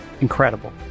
Incredible